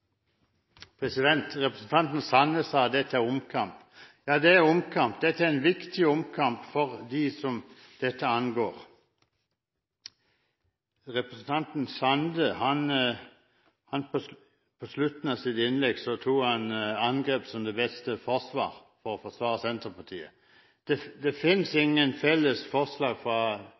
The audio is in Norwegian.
minutter. Representanten Sande sa at dette er omkamp. Ja, det er omkamp. Det er en viktig omkamp for dem dette angår. Representanten Sande brukte på slutten av sitt innlegg angrep som det beste forsvar, for å forsvare Senterpartiet. Han sa at det finnes ingen felles forslag fra